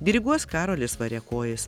diriguos karolis variakojis